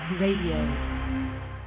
Radio